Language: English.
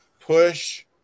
push